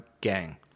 gang